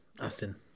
Aston